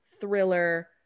thriller